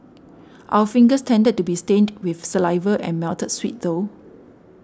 our fingers tended to be stained with saliva and melted sweet though